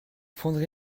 prendrai